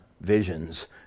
visions